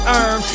earn